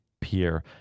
Pierre